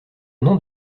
nom